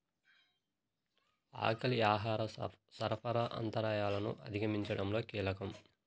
ఆకలి ఆహార సరఫరా అంతరాయాలను అధిగమించడంలో కీలకం